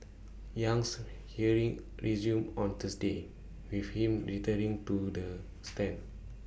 Yang's hearing resumes on Thursday with him returning to the stand